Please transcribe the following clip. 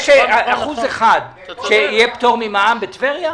מיקי, יש אחוז אחד שיהיה פטור ממע"מ בטבריה?